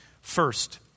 first